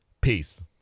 Peace